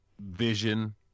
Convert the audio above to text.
vision